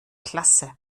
klasse